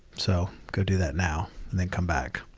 so go do that now and then come back.